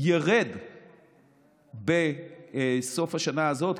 ירד בסוף השנה הזאת,